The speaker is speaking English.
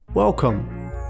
Welcome